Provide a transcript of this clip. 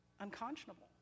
unconscionable